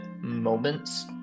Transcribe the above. moments